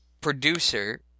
producer